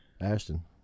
Ashton